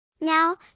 Now